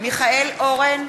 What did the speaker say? מיכאל אורן,